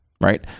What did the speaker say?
right